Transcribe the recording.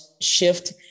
shift